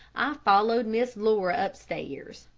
i followed miss laura upstairs.